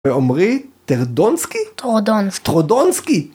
ועמרי, טרדונסקי? טרודונסקי. טרודונסקי?!